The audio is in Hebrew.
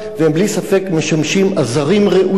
והם בלי ספק משמשים עזרים ראויים.